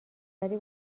ولی